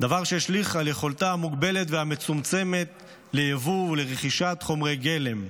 דבר שהשליך על יכולתה המוגבלת והמצומצמת לייבא ולרכוש חומרי גלם.